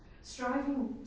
Striving